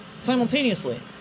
Simultaneously